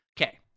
Okay